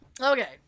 Okay